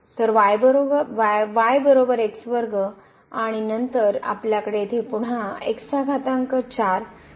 तर आणि नंतर आपल्याकडे येथे पुन्हा आहे